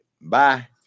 Bye